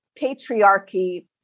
patriarchy